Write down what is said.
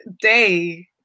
day